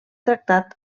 tractat